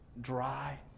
dry